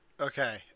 Okay